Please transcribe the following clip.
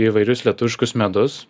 įvairius lietuviškus medus